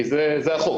כי זה החוק.